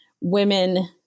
women